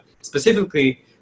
specifically